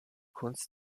kunst